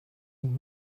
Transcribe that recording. verne